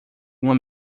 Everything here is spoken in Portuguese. uma